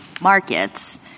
markets